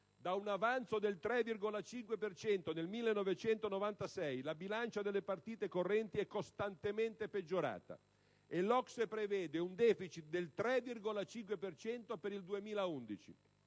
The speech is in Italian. da un avanzo del 3,5 del PIL nel 1996, la bilancia delle partite correnti è costantemente peggiorata e l'OCSE prevede un deficit del 3,5 per cento